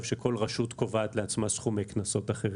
שכל רשות קובעת לעצמה סכומי קנסות אחרים,